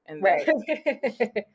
Right